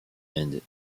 and